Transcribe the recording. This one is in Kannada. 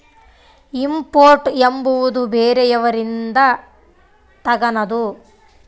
ಇಂಪೋರ್ಟ್ ಎಂಬುವುದು ಬೇರೆಯವರಿಂದ ತಗನದು